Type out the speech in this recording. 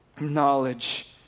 knowledge